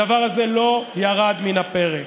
הדבר הזה לא ירד מן הפרק.